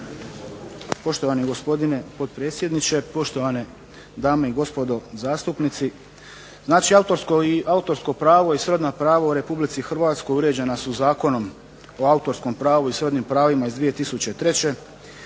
Poštovani gospodine potpredsjedniče, poštovane dame i gospodo zastupnici. Znači autorsko pravo i srodna prava u Republici Hrvatskoj uređena su Zakonom o autorskom pravu i srodnim pravima iz 2003.,